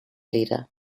leader